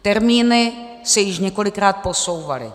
Termíny se již několikrát posouvaly.